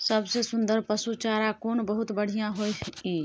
सबसे सुन्दर पसु चारा कोन बहुत बढियां होय इ?